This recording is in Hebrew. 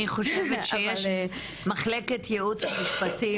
אני חושבת שלכנסת יש מחלקת ייעוץ משפטי